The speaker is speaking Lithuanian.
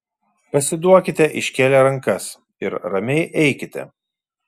pasiduokite iškėlę rankas ir ramiai eikite